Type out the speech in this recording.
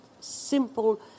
simple